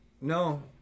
no